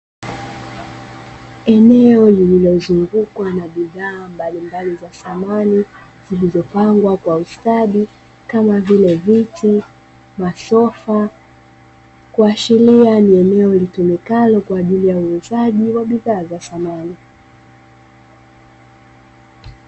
Eneo lililozungukwa na bidhaa mbalimbali za samani zilizopangwa kwa ustadi kamavile:viti, masofa ,Kuashiria ni eneo litumikalo kwa ajili ya uuzaji wa bidhaa za samani.